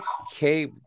okay